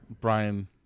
Brian